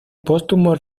póstumo